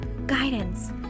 guidance